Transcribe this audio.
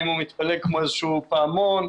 אם הוא מתפלג כמו איזשהו פעמון,